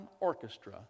orchestra